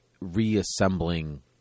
reassembling